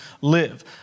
live